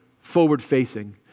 forward-facing